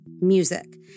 music